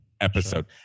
episode